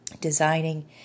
designing